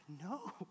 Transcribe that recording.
no